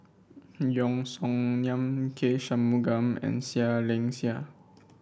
Yeo Song Nian K Shanmugam and Seah Liang Seah